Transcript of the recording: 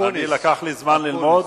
אני, לקח לי זמן ללמוד,